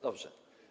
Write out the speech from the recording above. Dobrze.